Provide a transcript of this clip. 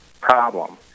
problem